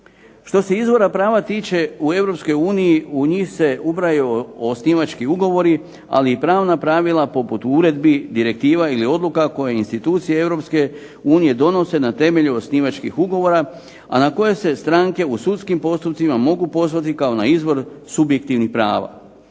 Što se izvora prava tiče u EU u njih se ubrajaju osnivački ugovori, ali i pravna pravila poput uredbi, direktiva ili odluka koje institucije EU donose na temelju osnivačkih ugovora, a na koje se stranke u sudskim postupcima mogu pozvati kao na izvor subjektivnih prava.